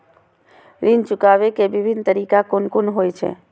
ऋण चुकाबे के विभिन्न तरीका कुन कुन होय छे?